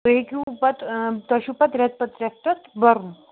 تُہۍ ہیٚکِو پَتہٕ تۄہہِ چھُ پَتہٕ رٮ۪تہٕ پَتہٕ رٮ۪تہٕ تَتھ بَرُن